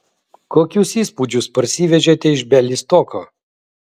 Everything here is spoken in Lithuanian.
kokius įspūdžius parsivežėte iš bialystoko